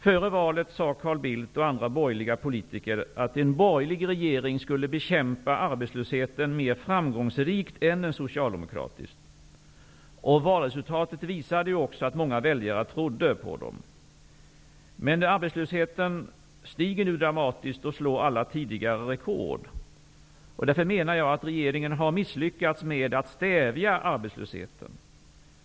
Före valet sade Carl Bildt och andra borgerliga politiker att en borgerlig regering skulle bekämpa arbetslösheten mer framgångsrikt än en socialdemokratisk. Valresultatet visade ju också att många väljare trodde på dem. Men arbetslösheten stiger nu dramastiskt och slår alla tidigare rekord. Därför menar jag att regeringen har misslyckats med att stävja arbetslösheten.